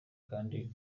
kandi